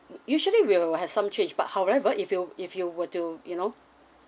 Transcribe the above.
usually we will have some change but however if you if you were to you know